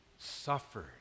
suffered